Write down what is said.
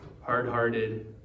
hard-hearted